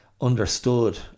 understood